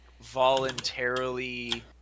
voluntarily